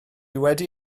wedi